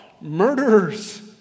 murderers